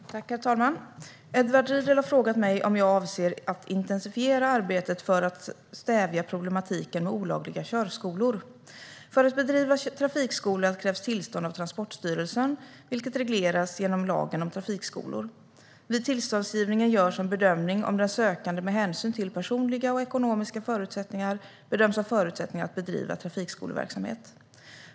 Herr talman! Edward Riedl har frågat mig om jag avser att intensifiera arbetet för att stävja problematiken med olagliga körskolor. För att bedriva trafikskola krävs tillstånd från Transportstyrelsen, vilket regleras genom lagen om trafikskolor. Vid tillståndsgivningen görs en bedömning av om den sökande med hänsyn till personliga och ekonomiska förutsättningar bedöms ha förutsättningar att bedriva trafikskoleverksamhet.